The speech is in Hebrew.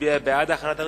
מצביע בעד החלת הרציפות.